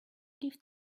give